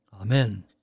Amen